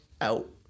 out